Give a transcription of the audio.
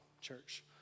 church